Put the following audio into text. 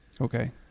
okay